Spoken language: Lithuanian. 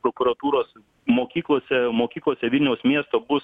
prokuratūros mokyklose mokyklose vilniaus miesto bus